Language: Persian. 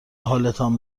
حالتان